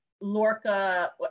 Lorca